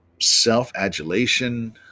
self-adulation